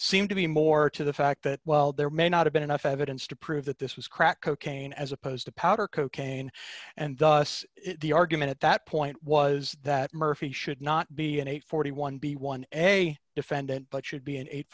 seemed to be more to the fact that while there may not have been enough evidence to prove that this was crack cocaine as opposed to powder cocaine and thus the argument at that point was that murphy should not be an eight hundred and forty one dollars b one a defendant but should be an eight